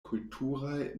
kulturaj